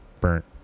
Burnt